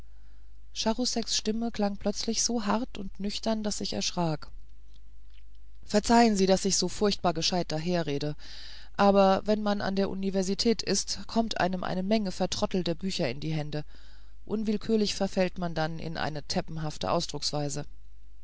charouseks stimme klang plötzlich so hart und nüchtern daß ich erschrak verzeihen sie daß ich so furchtbar gescheit daherrede aber wenn man an der universität ist kommt einem eine menge vertrottelter bücher unter die hände unwillkürlich verfällt man dann in eine teppenhafte ausdrucksweise